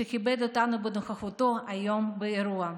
שכיבד אותנו בנוכחותו היום באירוע.